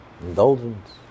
indulgence